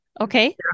Okay